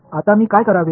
आता मी काय करावे